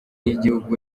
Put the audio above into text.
y’igihugu